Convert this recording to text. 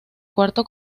cuarto